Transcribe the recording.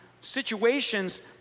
situations